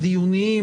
הדיוניים,